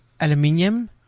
Aluminium